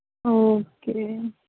okay